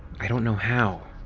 i don't know how.